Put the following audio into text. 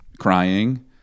crying